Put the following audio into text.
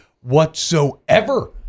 whatsoever